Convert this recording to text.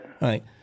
right